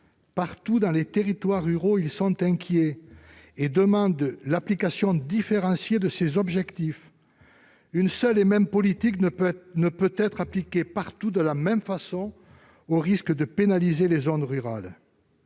Partout, dans les territoires ruraux, les élus sont inquiets et demandent l'application différenciée de ces objectifs. Une même politique ne peut être appliquée partout de la même façon, au risque de pénaliser les zones rurales.